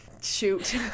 shoot